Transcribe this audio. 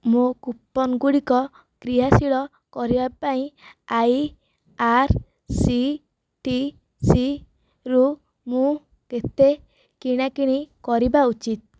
ମୋ କୁପନ ଗୁଡ଼ିକ କ୍ରିୟାଶୀଳ କରିବା ପାଇଁ ଆଇଆର୍ସିଟିସି ରୁ ମୁଁ କେତେ କିଣାକିଣି କରିବା ଉଚିତ